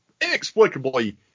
inexplicably